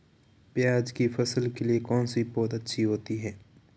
प्याज़ की फसल के लिए कौनसी पौद अच्छी होती है?